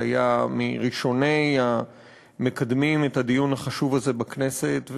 שהיה מראשוני המקדמים את הדיון החשוב הזה בכנסת,